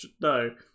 no